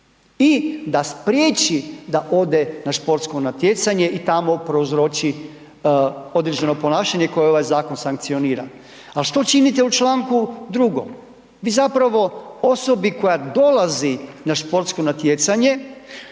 i da spriječi da ode na športsko natjecanje i tamo prouzroči određeno ponašanje koje ovaj zakon sankcionira, al što činite u čl. 2.? Vi zapravo osobi koja dolazi na športsko natjecanje,